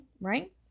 Right